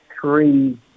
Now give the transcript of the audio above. three